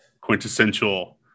quintessential